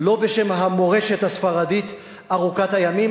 לא בשם המורשת הספרדית ארוכת הימים,